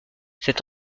cet